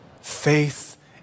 Faith